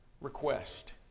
request